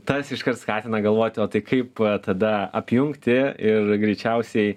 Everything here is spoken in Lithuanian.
tas iškart skatina galvoti o tai kaip tada apjungti ir greičiausiai